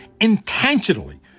intentionally